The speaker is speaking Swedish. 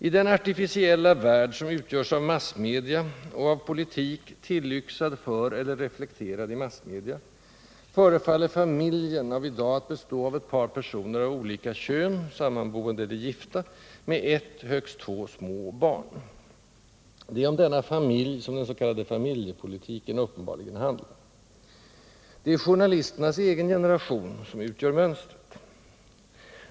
I den artificiella värld som utgörs av massmedia och av politik, tillyxad för eller reflekterad i massmedia, förefaller ”familjen” av i dag bestå av ett par personer av olika kön, sammanboende eller gifta, med ett, högst två små barn. Det är om denna ”familj” som den s.k. familjepolitiken uppenbarligen handlar. Det är journalisternas egen generation som får stå för mönstret.